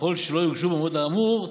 וככל שלא יוגשו במועד האמור,